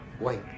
Wait